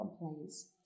complaints